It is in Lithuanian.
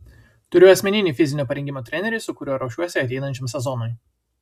turiu asmeninį fizinio parengimo trenerį su kuriuo ruošiuosi ateinančiam sezonui